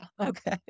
Okay